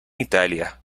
italia